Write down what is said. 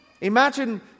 Imagine